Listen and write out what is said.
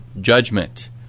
judgment